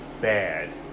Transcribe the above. bad